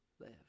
live